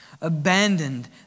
abandoned